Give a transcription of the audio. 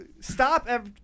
Stop